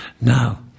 Now